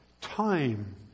time